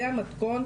זה המקום,